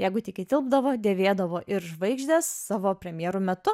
jeigu tik įtilpdavo dėvėdavo ir žvaigždės savo premjerų metu